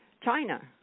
China